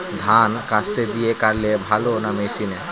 ধান কাস্তে দিয়ে কাটলে ভালো না মেশিনে?